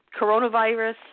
coronavirus